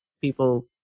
people